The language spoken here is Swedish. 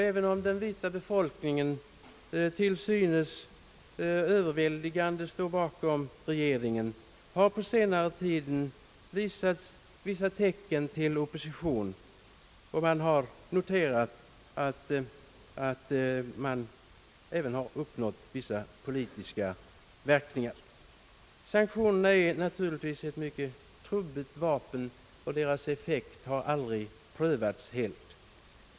även om den vita befolkningen till synes överväldigande står bakom regeringen, har på senare tid visats vissa tecken till opposition, och man har noterat att även vissa politiska verkningar märkts. Sanktioner är naturligtvis ett mycket trubbigt vapen, och deras effekt har aldrig prövats helt.